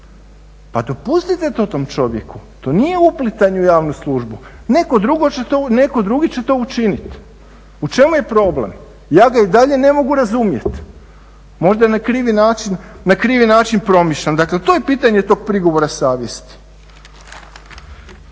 Pa dopustite to tom čovjeku, to nije uplitanje u javnu službu, neko drugo će to, neko drugi će to učiniti. U čemu je problem, ja ga i dalje ne mogu razumjeti. Možda na krivi način promišljam. Dakle, to je pitanje tog prigovora savjeti.